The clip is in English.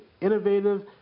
innovative